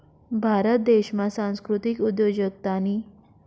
भारत देशमा सांस्कृतिक उद्योजकतानी